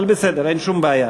אבל בסדר, אין שום בעיה.